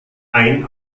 ein